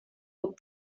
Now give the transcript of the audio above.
would